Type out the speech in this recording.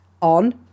on